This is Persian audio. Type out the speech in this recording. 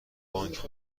بانک